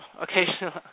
occasionally